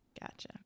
Gotcha